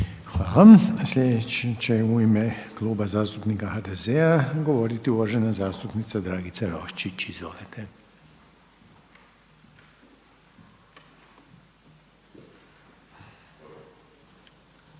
Hvala. Sljedeći će u ime Kluba zastupnika HDZ-a govoriti uvažena zastupnica Dragica Roščić. Izvolite. **Vranješ,